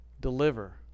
deliver